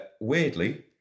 Weirdly